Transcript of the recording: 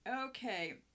Okay